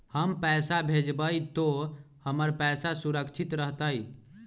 हम पैसा भेजबई तो हमर पैसा सुरक्षित रहतई?